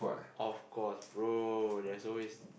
of course bro there's always